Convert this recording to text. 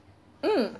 mm